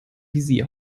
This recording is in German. visier